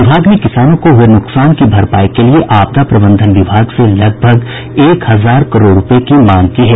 विभाग ने किसानों को हुए नुकसान की भरपाई के लिए आपदा प्रबंधन विभाग से लगभग एक हजार करोड़ रूपये की मांग की है